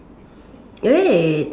wait